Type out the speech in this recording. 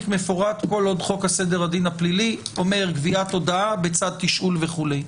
מפורט כל עוד חוק הסדר הדין הפלילי אומר גביית הודעה בצד תשאול וכולי.